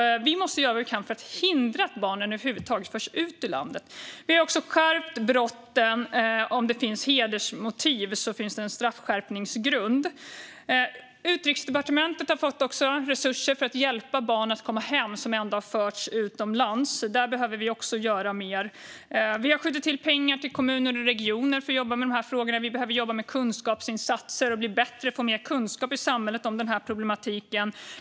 Vi måste göra vad vi kan för att hindra att barnen över huvud taget förs ut ur landet. Vi har också skärpt straffen: Om det finns hedersmotiv finns det en straffskärpningsgrund. Utrikesdepartementet har också fått resurser för att hjälpa barn som ändå har förts utomlands att komma hem. Där behöver vi också göra mer. Vi har skjutit till pengar till kommuner och regioner för att jobba med de här frågorna. Vi behöver jobba med kunskapsinsatser och bli bättre på och få mer kunskap i samhället om den här problematiken.